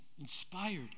inspired